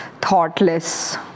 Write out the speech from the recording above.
thoughtless